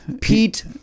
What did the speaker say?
Pete